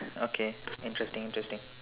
okay interesting interesting